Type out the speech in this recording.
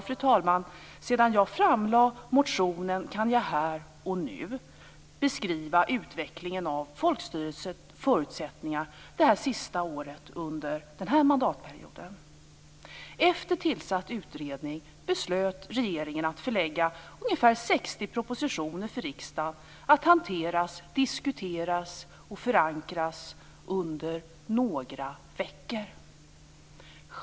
Fru talman! Sedan jag framlade motionen kan jag här och nu beskriva utvecklingen av folkstyrets förutsättningar under det senaste året den här mandatperioden. Efter tillsatt utredning beslöt regeringen att förelägga riksdagen ungefär 60 propositioner att hanteras, diskuteras och förankras under några veckor.